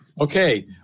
Okay